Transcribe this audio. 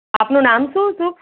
આપનું નામ શું શુભ